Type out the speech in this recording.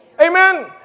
Amen